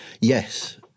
Yes